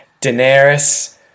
Daenerys